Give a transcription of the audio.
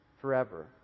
forever